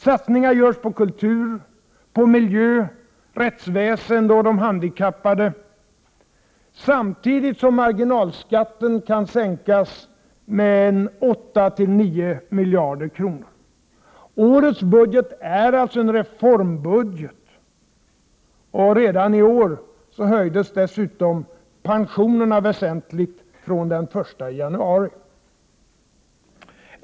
Satsningar görs på kulturen, miljön, rättsväsendet och de handikappade, samtidigt som marginalskatten kan sänkas med 8-9 miljarder kronor. Årets budget är alltså en reformbudget. Redan den 1 januari i år höjdes dessutom pensionerna väsentligt.